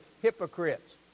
hypocrites